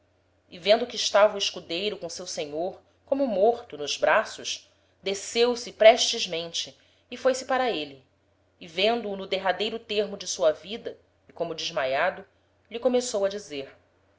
e vendo que estava o escudeiro com seu senhor como morto nos braços desceu se prestesmente e foi-se para êle e vendo-o no derradeiro termo de sua vida e como desmaiado lhe começou a dizer